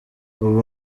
ubu